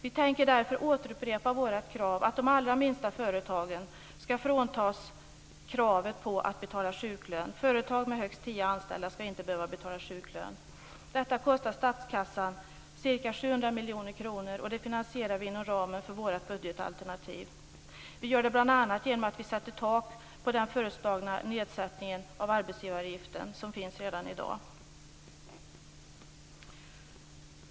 Vi tänker därför återupprepa vårt krav att de allra minsta företagen skall fråntas kravet på att betala sjuklön. Företag med högst tio anställda skall inte behöva betala sjuklön. Detta kostar statskassan ca 700 miljoner kronor. Det finansierar vi inom ramen för vårt budgetalternativ. Vi gör det bl.a. genom att vi sätter ett tak på den föreslagna nedsättningen av arbetsgivaravgiften som finns redan i dag. Fru talman!